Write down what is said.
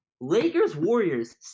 Lakers-Warriors